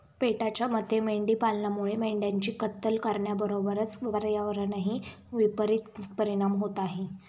पेटाच्या मते मेंढी पालनामुळे मेंढ्यांची कत्तल करण्याबरोबरच पर्यावरणावरही विपरित परिणाम होत आहे